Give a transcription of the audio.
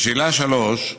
לשאלה 3: